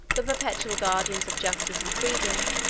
the perpetual guardians of justice and freedom,